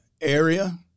area